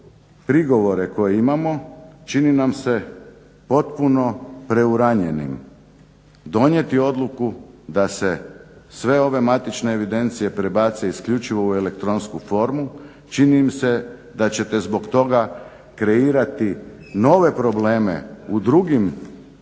prigovore koje imamo čini nam se potpuno preuranjenim donijeti odluku da se sve ove matične evidencije prebace isključivo u elektronsku formu, čini mi se da ćete zbog toga kreirati nove probleme u drugim